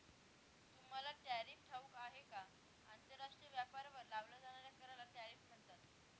तुम्हाला टॅरिफ ठाऊक आहे का? आंतरराष्ट्रीय व्यापारावर लावल्या जाणाऱ्या कराला टॅरिफ म्हणतात